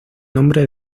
nombre